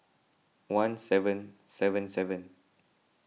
one seven seven seven